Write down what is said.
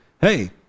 hey